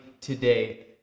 today